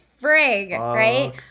right